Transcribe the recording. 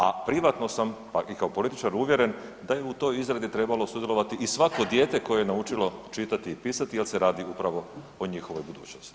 A privatno sam, pa i kao političar uvjeren da je u toj izradi trebalo sudjelovati i svako dijete koje je naučilo čitati i pisati jer se radi upravo o njihovoj budućnosti.